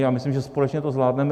A myslím, že společně to zvládneme.